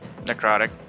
Necrotic